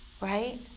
right